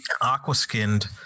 aqua-skinned